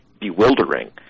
bewildering